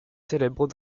célèbres